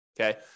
Okay